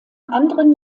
anderen